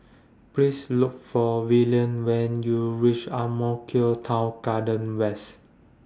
Please Look For Velia when YOU REACH Ang Mo Kio Town Garden West